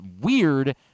weird